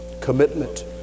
Commitment